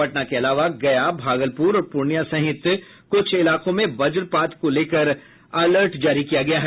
पटना के अलावा गया भागलपुर और पूर्णियां सहित कुछ इलाकों में वज्रपात को लेकर अलर्ट जारी किया गया है